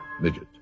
Midget